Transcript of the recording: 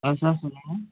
ஆ sir சொல்லுங்கள்